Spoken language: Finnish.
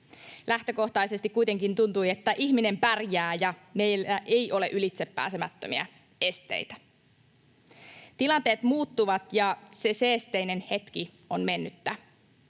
Lähtökohtaisesti kuitenkin tuntui, että ihminen pärjää ja meillä ei ole ylitsepääsemättömiä esteitä. Tilanteet muuttuvat, ja se seesteinen hetki on mennyttä.